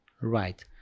right